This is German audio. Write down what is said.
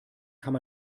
kann